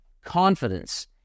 confidence